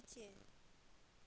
नीचे